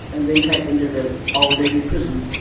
and then take them to the old derby prison.